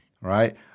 right